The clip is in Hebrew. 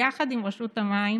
יחד עם רשות המים